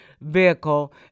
vehicle